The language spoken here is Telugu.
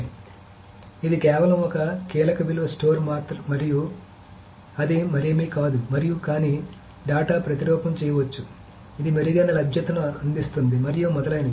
కాబట్టి ఇది కేవలం ఒక కీలక విలువ స్టోర్ మరియు అది మరేమీ కాదు మరియు కానీ డేటా ప్రతిరూపం చేయవచ్చు ఇది మెరుగైన లభ్యతను అందిస్తుంది మరియు మొదలైనవి